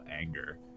anger